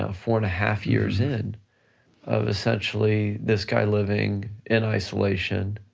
ah four and a half years in of essentially this guy living in isolation,